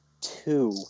Two